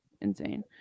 insane